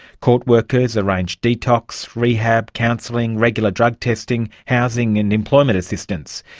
court workers arrange detox, rehab, counselling, regular drug testing, housing and employment assistance.